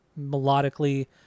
Melodically